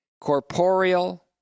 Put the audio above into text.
corporeal